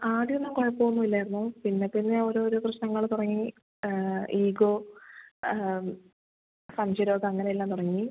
ആദ്യം ഒന്നും കുഴപ്പമൊന്നും ഇല്ലായിരുന്നു പിന്നെ പിന്നെ ഓരോരോ പ്രശ്നങ്ങൾ തുടങ്ങി ഈഗോ സംശയരോഗം അങ്ങനെ എല്ലാം തുടങ്ങി